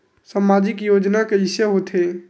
सामजिक योजना कइसे होथे?